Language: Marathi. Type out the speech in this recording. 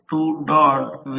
17 किलोवॅट तास